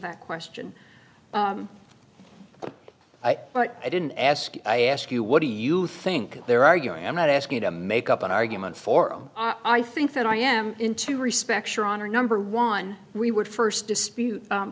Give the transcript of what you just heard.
that question but i didn't ask i ask you what do you think they're arguing i'm not asking you to make up an argument for oh i think that i am in two respects your honor number one we would first dispute